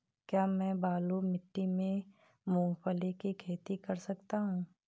क्या मैं बालू मिट्टी में मूंगफली की खेती कर सकता हूँ?